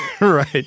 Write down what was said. Right